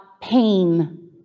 pain